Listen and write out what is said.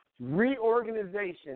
Reorganization